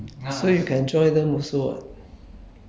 some ulu places ah ulu places